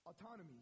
Autonomy